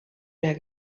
mehr